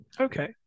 Okay